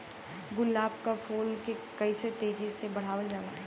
गुलाब क फूल के कइसे तेजी से बढ़ावल जा?